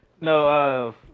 No